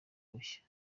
bushya